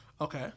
Okay